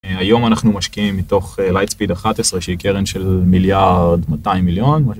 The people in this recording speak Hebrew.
היום אנחנו משקיעים מתוך lightspeed 11 שהיא קרן של מיליארד 200 מיליון.